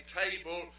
table